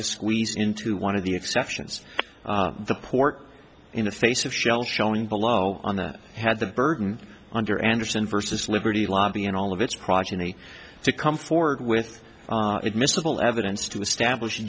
to squeeze into one of the exceptions the port in the face of shell showing below on that had the burden under andersen versus liberty lobby and all of its progeny to come forward with admissible evidence to establish